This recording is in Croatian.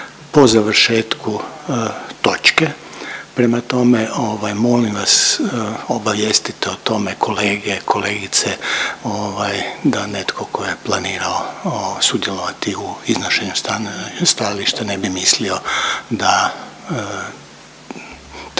po završetku točke. Prema tome ovaj molim vas obavijestite o tome kolege i kolegice ovaj da netko tko je planirao sudjelovati u iznošenju stajališta ne bi mislio da treba